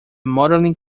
modelling